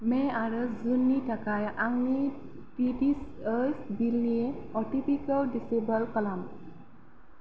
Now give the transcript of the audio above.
May आरो जुननि थाखाय आंनि पिटिसओइस बिलनि अटिपिखौ दिसेबोल खालाम